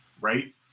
right